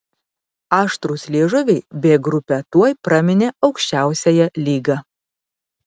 aštrūs liežuviai b grupę tuoj praminė aukščiausiąja lyga